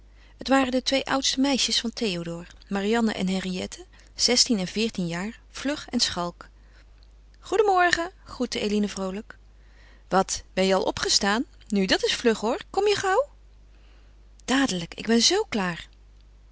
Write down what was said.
het waren de twee oudste meisjes van théodore marianne en henriette zestien en veertien jaar vlug en schalk goedenmorgen groette eline vroolijk wat ben je al opgestaan nu dat is vlug hoor kom je gauw dadelijk ik ben z klaar